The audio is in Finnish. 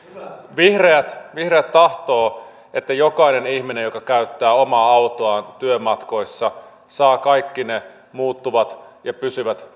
vihreät vihreät tahtovat että jokainen ihminen joka käyttää omaa autoaan työmatkoilla saa kaikki ne muuttuvat ja pysyvät